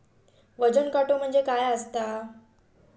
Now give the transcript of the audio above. वजन काटो म्हणजे काय असता?